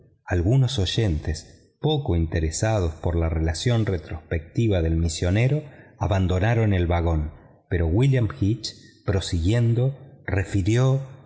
algunos oyentes poco interesados por la relación retrospectiva del misionero abandonaron el vagón pero william hitch prosiguiendo refirió